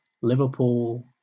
Liverpool